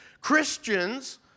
Christians